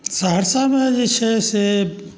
सहरसामे जे छै से